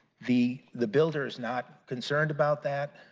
the the builder is not concerned about that.